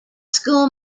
school